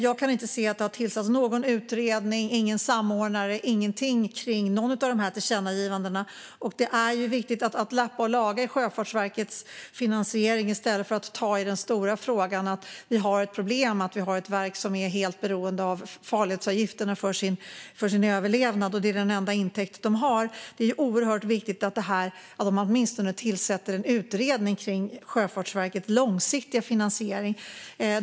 Jag kan inte se att det har tillsatts någon utredning eller någon samordnare. Det har inte skett någonting kring av något av tillkännagivandena. Det verkar viktigt att lappa och laga i Sjöfartsverkets finansiering i stället för att ta i den stora frågan om att vi har ett problem med att vi har ett verk som är helt beroende av farledsavgifterna för sin överlevnad, vilka är den enda intäkt de har. Det är oerhört viktigt att man åtminstone tillsätter en utredning kring Sjöfartsverkets långsiktiga finansiering.